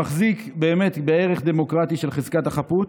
מחזיק בערך הדמוקרטי של חזקת החפות,